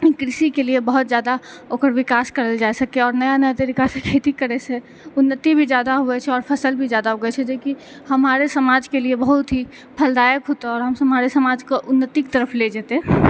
कृषि के लिए बहुत जादा ओकर विकास करल जा सकै और नया नया तरीका से खेती करै से उन्नती भी जादा होइ छै और फसल भी जादा ऊगै छै जेकी हमारे समाज के लिए बहुत ही फलदायक होतइ और हमारे समाज के उन्नती के तरफ ले जेतै